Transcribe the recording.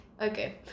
okay